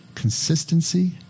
consistency